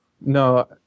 no